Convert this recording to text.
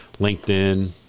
LinkedIn